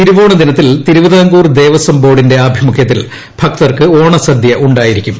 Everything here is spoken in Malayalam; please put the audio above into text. തിരുവോണ ദിന്റത്തിൽ തിരുവിതാംകൂർ ദേവസ്വം ബോർഡിന്റെ ആഭിമുഖ്യത്തിൽ ്ട്കിയർക്ക് ഓണസദ്യ ഉണ്ടായിരിക്കും